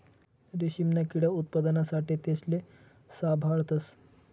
रेशीमना किडा उत्पादना साठे तेसले साभाळतस